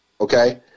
okay